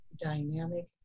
dynamic